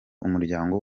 umuryango